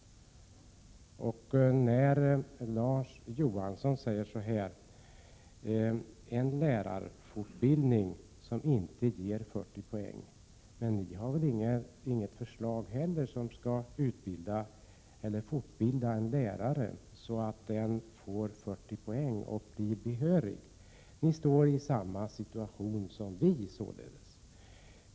Larz Johansson talar om en lärarfortbildning som inte ger 40 poäng. Men ni har väl inte heller något förslag till en fortbildning som ger 40 poäng och behörighet. Ni står således i samma situation som vi.